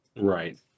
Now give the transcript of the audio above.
Right